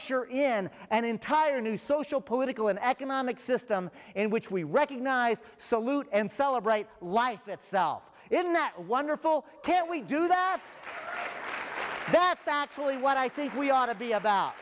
in an entire new social political and economic system in which we recognize salute and celebrate life itself in that wonderful can we do that that's actually what i think we ought to be about